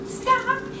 Stop